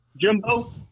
Jimbo